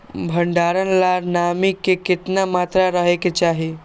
भंडारण ला नामी के केतना मात्रा राहेके चाही?